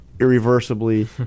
irreversibly